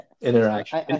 Interaction